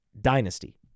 Dynasty